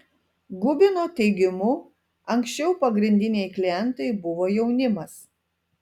gubino teigimu anksčiau pagrindiniai klientai buvo jaunimas